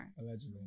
Allegedly